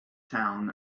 town